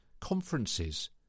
conferences